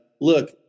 look